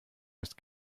ist